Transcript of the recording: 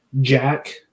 jack